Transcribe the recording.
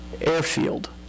airfield